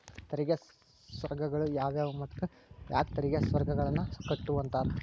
ತೆರಿಗೆ ಸ್ವರ್ಗಗಳು ಯಾವುವು ಮತ್ತ ಯಾಕ್ ತೆರಿಗೆ ಸ್ವರ್ಗಗಳನ್ನ ಕೆಟ್ಟುವಂತಾರ